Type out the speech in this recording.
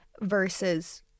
versus